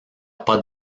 pas